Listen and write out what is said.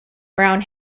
brown